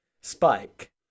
Spike